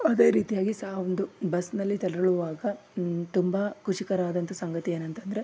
ಅದೇ ರೀತಿಯಾಗಿ ಸಹ ಒಂದು ಬಸ್ನಲ್ಲಿ ತೆರಳುವಾಗ ತುಂಬ ಖುಷಿಕರವಾದಂಥ ಸಂಗತಿ ಏನಂತಂದರೆ